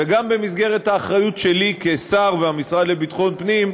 וגם במסגרת האחריות שלי כשר במשרד לביטחון הפנים,